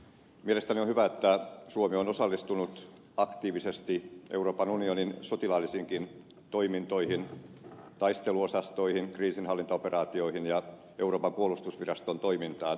mielestäni on hyvä että suomi on osallistunut aktiivisesti euroopan unionin sotilaallisiinkin toimintoihin taisteluosastoihin kriisinhallintaoperaatioihin ja euroopan puolustusviraston toimintaan